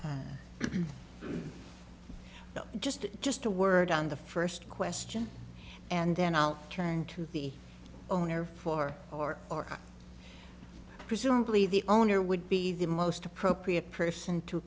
you just just a word on the first question and then i'll turn to the owner for or or presumably the owner would be the most appropriate person to